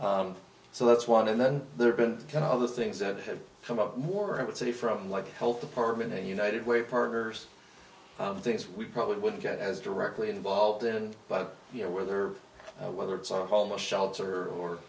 individually so that's one and then there's been kind of the things that have come up more i would say from like health department and united way partners things we probably wouldn't get as directly involved in but you know whether whether it's a homeless shelter or